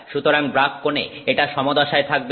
সুতরাং ব্রাগ কোণে এটা সমদশায় থাকবে